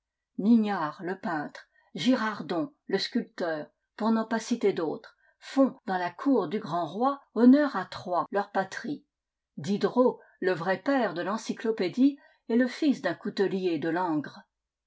mignard le peintre girardon le sculpteur pour n'en pas citer d'autres font dans la cour du grand roi honneur à troyes leur patrie diderot le vrai père de xencyclopédie est le fils d'un coutelier de langres